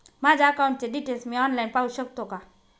माझ्या अकाउंटचे डिटेल्स मी ऑनलाईन पाहू शकतो का?